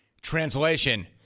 Translation